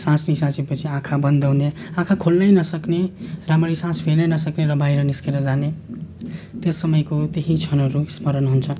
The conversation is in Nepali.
सास निस्सासिएपछि आँखा बन्द हुने आँखा खोल्नै नसक्ने राम्ररी सास फेर्नै नसकेर बाहिर निस्केर जाने त्यो समयको त्यही क्षणहरू स्मरण हुन्छ